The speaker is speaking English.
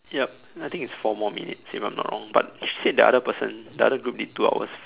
yup I think it's four more minutes if I'm not wrong but she said the other person the other group did two hours